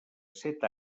set